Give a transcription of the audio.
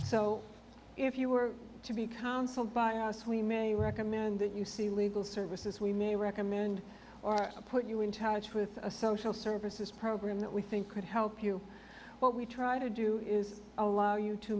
so if you were to be counseled by us we may recommend that you see legal services we may recommend or put you in touch with a social services program that we think could help you what we try to do is allow you to